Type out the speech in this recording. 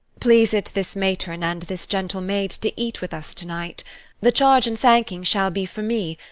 please it this matron and this gentle maid to eat with us to-night the charge and thanking shall be for me,